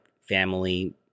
family